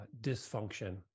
dysfunction